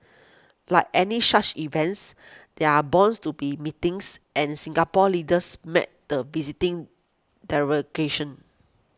like any such events there are bounds to be meetings and Singapore's leaders met the visiting delegation